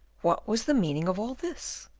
what was the meaning of all this?